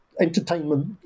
entertainment